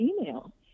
email